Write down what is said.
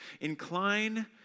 Incline